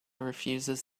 refuses